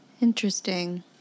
Interesting